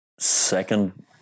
Second